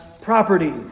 property